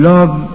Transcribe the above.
Love